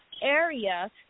area